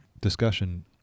discussion